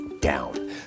down